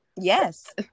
Yes